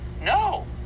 No